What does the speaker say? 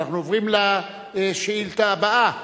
אנחנו עוברים לשאילתא הבאה,